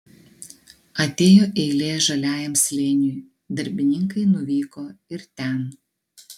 atėjo eilė žaliajam slėniui darbininkai nuvyko ir ten